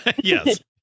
Yes